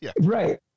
Right